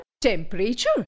temperature